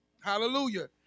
Hallelujah